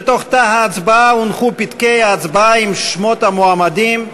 בתוך תא ההצבעה הונחו פתקי ההצבעה עם שמות המועמדים,